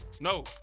no